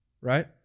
right